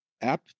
app